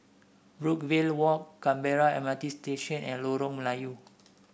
Brookvale Walk Canberra M R T Station and Lorong Melayu